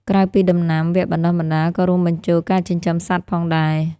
ក្រៅពីដំណាំ វគ្គបណ្តុះបណ្តាលក៏រួមបញ្ចូលការចិញ្ចឹមសត្វផងដែរ។